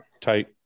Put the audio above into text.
tight